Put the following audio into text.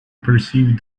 perceived